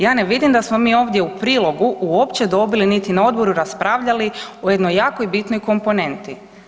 Ja ne vidim da smo mi ovdje u prilogu uopće dobili niti na odboru raspravljali o jednoj jako bitnoj komponenti.